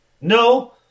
No